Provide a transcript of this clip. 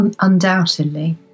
Undoubtedly